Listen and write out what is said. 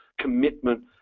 commitment